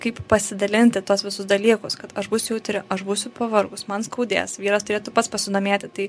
kaip pasidalinti tuos visus dalykus kad aš būsiu jautri aš būsiu pavargus man skaudės vyras turėtų pats pasidomėti tai